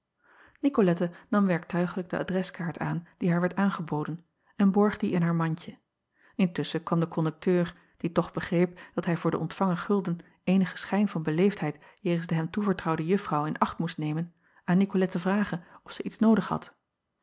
nam werktuiglijk de adreskaart aan die haar werd aangeboden en borg die in haar mandje ntusschen kwam de kondukteur die toch begreep dat hij voor den ontvangen gulden eenigen schijn van beleefdheid jegens de hem toevertrouwde uffrouw in acht moest nemen aan acob van ennep laasje evenster delen icolette vragen of zij iets noodig had